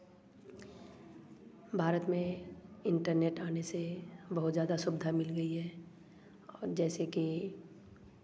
भारत में इंटरनेट आने से बहुत ज़्यादा सुबधा मिल गई है जैसे कि